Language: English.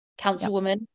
councilwoman